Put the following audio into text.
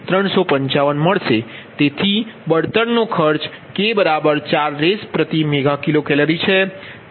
0355 મળશે તેથી બળતણનો ખર્ચ k 4Rs MkCal